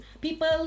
people